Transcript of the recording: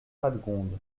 radegonde